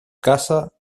caza